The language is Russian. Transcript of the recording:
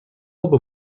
оба